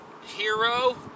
hero